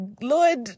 Lord